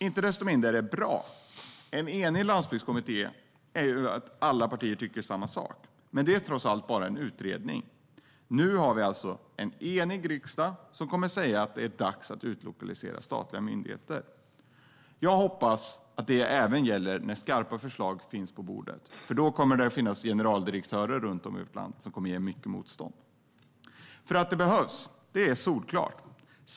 Inte desto mindre är detta bra. En enig landsbygdskommitté innebär att alla partier tycker samma sak. Men det är trots allt bara en utredning. Nu finns en enig riksdag som kommer att säga att det är dags att utlokalisera statliga myndigheter. Jag hoppas att det även gäller när skarpa förslag finns på bordet. Då kommer det att finnas generaldirektörer runt om i vårt land som kommer att göra mycket motstånd. Det är solklart att utlokaliseringen behövs.